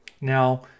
Now